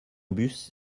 bus